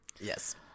yes